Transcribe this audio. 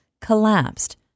collapsed